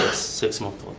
six month